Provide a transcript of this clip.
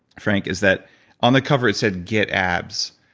frank, is that on the cover it said get abs,